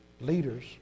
leaders